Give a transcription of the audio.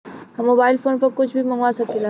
हम mobile phone पर कुछ भी मंगवा सकिला?